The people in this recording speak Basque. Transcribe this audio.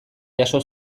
jaso